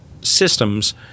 systems